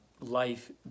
life